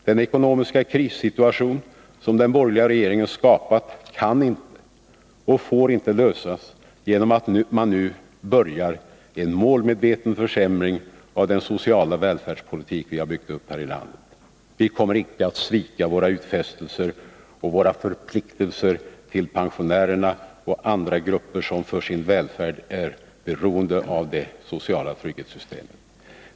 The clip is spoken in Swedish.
Den ekonomiska krissituation som den borgerliga regeringen har skapat kan inte och får inte lösas genom att man nu börjar en målmedveten försämring av den sociala välfärdspolitik som vi har byggt upp här i landet. Vi kommer inte att svika våra utfästelser och våra förpliktelser till pensionärerna och andra grupper som för sin välfärd är beroende av det sociala trygghetssystemet.